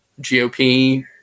GOP